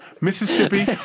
Mississippi